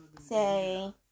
Say